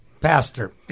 Pastor